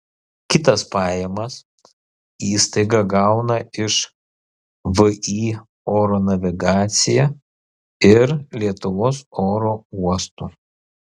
kitas pajamas įstaiga gauna iš vį oro navigacija ir lietuvos oro uostų